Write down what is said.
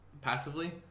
passively